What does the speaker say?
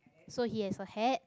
so he has a hat